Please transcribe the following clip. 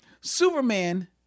Superman